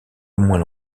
moins